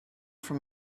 from